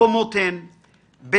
הקומות הן בזק,